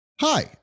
Hi